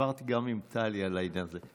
דיברתי גם עם טלי על העניין הזה,